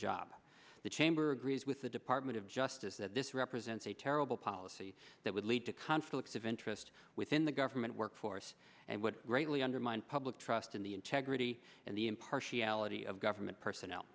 job the chamber agrees with the department of justice that this represents a terrible policy that would lead to conflicts of interest within the government workforce and would greatly undermine public trust in the integrity and the impartiality of government personnel